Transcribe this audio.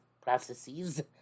Processes